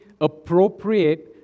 appropriate